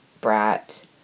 brat